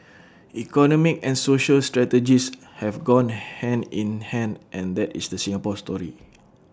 economic and social strategies have gone hand in hand and that is the Singapore story